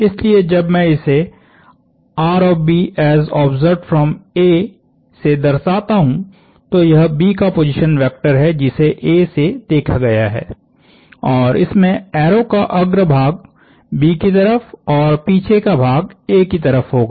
इसलिए जब मैं इसेसे दर्शाता हूं तो यह B का पोजीशन वेक्टर है जिसे कि A से देखा गया है और इसमें एरो का अग्र भाग B की तरफ और पीछे का भाग A की तरफ होगा